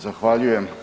Zahvaljujem.